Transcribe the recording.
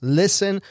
listen